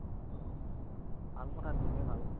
ভাল কথা দিলে ভাল